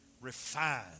refined